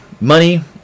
Money